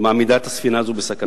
ומעמידה את הספינה הזאת בסכנה.